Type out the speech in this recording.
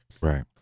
Right